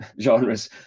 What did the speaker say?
genres